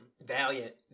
valiant